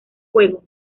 fuego